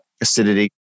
acidity